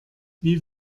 wie